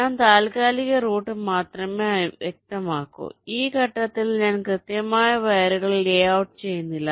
ഞാൻ താൽക്കാലിക റൂട്ട് മാത്രമേ വ്യക്തമാക്കൂ ഈ ഘട്ടത്തിൽ ഞാൻ കൃത്യമായ വയറുകൾ ലേഔട്ട് ചെയ്യുന്നില്ല